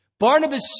Barnabas